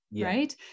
right